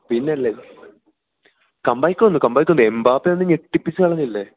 പിന്നെയല്ലേ come back വന്നു come back വന്നു എംബാപ്പെ വന്ന് ഞെട്ടിപ്പിച്ചുക്കളഞ്ഞില്ലേ